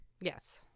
Yes